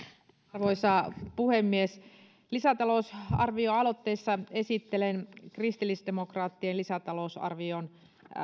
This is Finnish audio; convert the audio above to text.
arvoisa puhemies lisätalousarvioaloitteista esittelen kristillisdemokraattien lisätalousarvioon